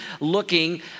looking